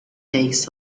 takes